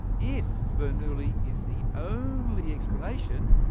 if bernoulli is the only explanation,